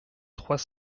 trois